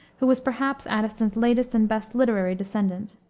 who was, perhaps, addison's latest and best literary descendant.